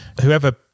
Whoever